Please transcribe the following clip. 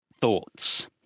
thoughts